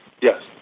Yes